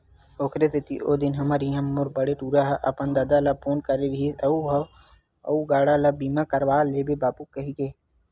ओखरे सेती ओ दिन हमर इहाँ मोर बड़े टूरा ह अपन ददा ल फोन करे रिहिस हवय अउ गाड़ी ल बीमा करवा लेबे बाबू कहिके